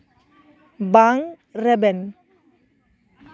ᱵᱟᱝ ᱨᱮᱵᱮᱱ